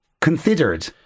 considered